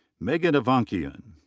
megan avakian.